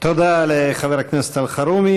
תודה לחבר הכנסת אלחרומי.